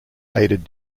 aided